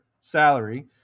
salary